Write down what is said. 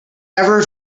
ever